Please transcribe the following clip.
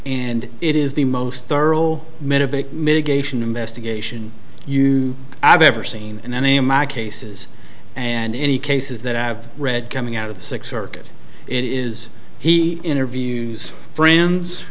and it is the most thorough metal mitigation investigation you i've ever seen in any of my cases and any cases that i've read coming out of the six circuit it is he interviews friends